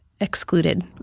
excluded